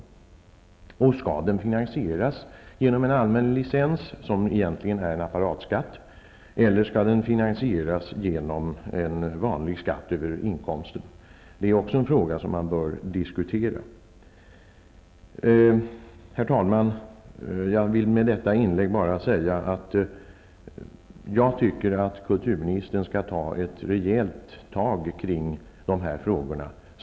Skall verksamheten finansieras genom allmän licens, som egentligen är en apparatskatt, eller skall den finansieras genom en vanlig skatt över inkomsten? Det är också en fråga som man bör diskutera. Herr talman! Jag vill med detta inlägg bara säga att jag tycker att kulturministern skall ta ett rejält tag i de här frågorna.